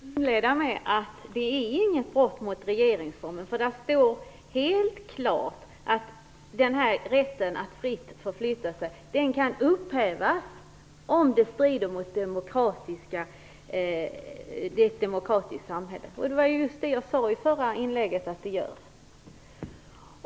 Herr talman! Jag försökte just inleda med att det inte är något brott mot regeringsformen, för där står helt klart att rätten att fritt förflytta sig kan upphävas, om det strider mot vad som är godtagbart i ett demokratiskt samhälle. Det var just det jag i det förra inlägget sade att det gör.